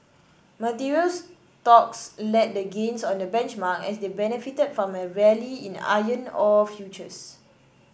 materials stocks led the gains on the benchmark as they benefited from a rally in iron ore futures